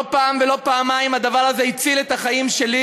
לא פעם ולא פעמיים הדבר הזה הציל את החיים שלי,